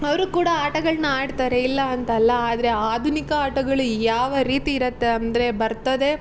ಅವರು ಕೂಡ ಆಟಗಳನ್ನ ಆಡ್ತಾರೆ ಇಲ್ಲ ಅಂತ ಅಲ್ಲ ಆದರೆ ಆಧುನಿಕ ಆಟಗಳು ಯಾವ ರೀತಿ ಇರುತ್ತೆ ಅಂದರೆ ಬರ್ತದೆ